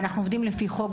אנחנו עובדים לפי חוק,